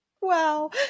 Wow